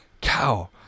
cow